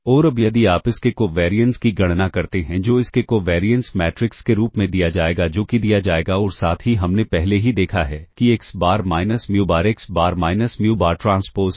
और अब यदि आप इस के कोवैरिएंस की गणना करते हैं जो इस के कोवैरिएंस मैट्रिक्स के रूप में दिया जाएगा जो कि दिया जाएगा और साथ ही हमने पहले ही देखा है कि x bar minus mu bar x bar minus mu bar transpose है